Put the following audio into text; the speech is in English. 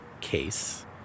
case